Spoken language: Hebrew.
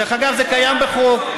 דרך אגב, זה קיים בחוק.